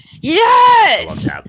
Yes